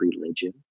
religion